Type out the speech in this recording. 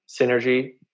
synergy